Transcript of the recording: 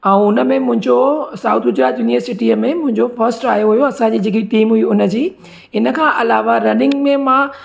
ऐं हुन में मुंहिंजो साउथ गुजरात यूनिअसिटी में मुंहिंजो फस्ट आयो हुयो असांजी जेकी गेम हुई हुन जी इन खां अलावा रनिंग में मां